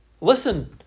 Listen